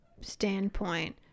standpoint